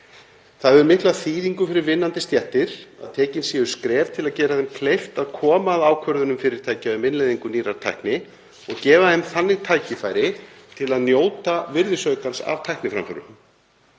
Það hefur mikla þýðingu fyrir vinnandi stéttir að tekin séu skref til að gera þeim kleift að koma að ákvörðunum fyrirtækja um innleiðingu nýrrar tækni og gefa þeim þannig tækifæri til að njóta virðisaukans af tækniframförum.